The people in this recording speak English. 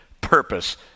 purpose